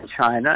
China